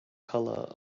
color